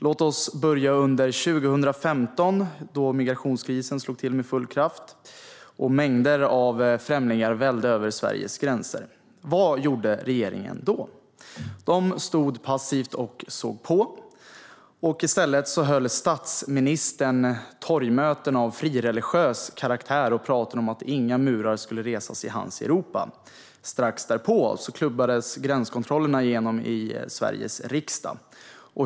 Låt oss börja under 2015, då migrationskrisen slog till med full kraft och mängder av främlingar vällde in över Sveriges gränser. Vad gjorde regeringen då? Den stod passivt och såg på, och statsministern höll torgmöten av frireligiös karaktär och talade om att inga murar skulle resas i hans Europa. Strax därpå klubbades gränskontrollerna igenom i Sveriges riksdag.